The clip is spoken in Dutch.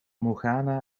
morgana